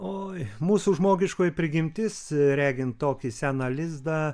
oi mūsų žmogiškoji prigimtis regint tokį seną lizdą